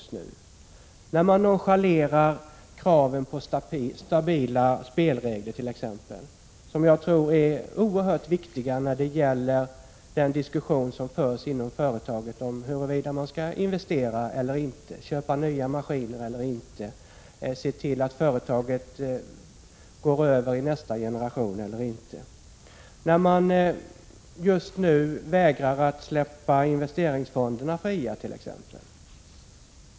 Man nonchalerar t.ex. kraven på stabila spelregler, och jag tror att de är oerhört viktiga i den diskussion som förs inom företagen om huruvida man skall investera eller «inte, köpa nya maskiner eller inte, se till att företaget går över i nästa generation eller inte. Man vägrar att släppa investeringsfonderna fria.